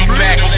back